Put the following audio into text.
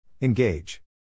Engage